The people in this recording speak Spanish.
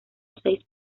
seis